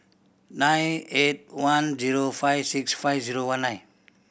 nine eight one zero five six five zero one nine